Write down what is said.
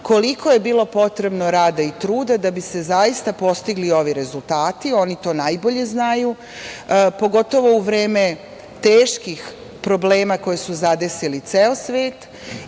koliko je bilo potrebno rada i truda da bi se zaista postigli ovi rezultati. Oni to najbolje znaju, pogotovo u vreme teških problema koji su zadesili ceo svet